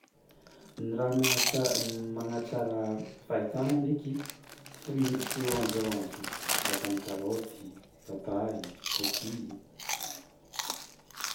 Ny raha mahatsa- magnatsara fahitagna ndraiky: fruit n- fruit ôranzy ôranzy regny karaha toy ny karaoty, papay, kaki.